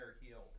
healed